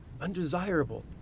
undesirable